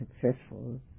successful